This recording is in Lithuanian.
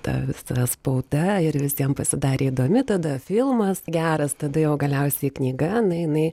ta visa spauda ir visiem pasidarė įdomi tada filmas geras tada jau galiausiai knyga na jinai